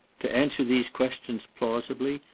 to answer these questions plausibly,